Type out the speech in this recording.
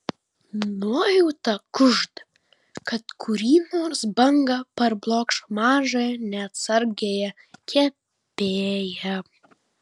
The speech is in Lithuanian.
nuojauta kužda kad kuri nors banga parblokš mažąją neatsargiąją kepėją